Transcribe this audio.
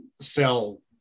sell